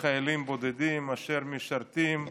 וחיילים בודדים אשר משרתים,